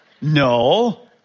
No